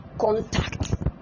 contact